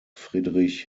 friedrich